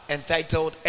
entitled